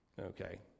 Okay